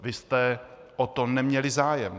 Vy jste o to neměli zájem.